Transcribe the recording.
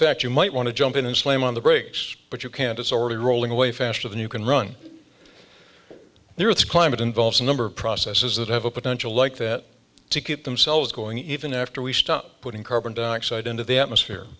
fact you might want to jump in and slam on the brakes but you can't it's already rolling away faster than you can run there it's climate involves a number of processes that have a potential like that to keep themselves going even after we stop putting carbon dioxide into the atmosphere